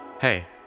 Hey